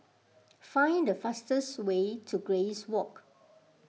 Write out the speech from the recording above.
find the fastest way to Grace Walk